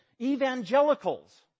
evangelicals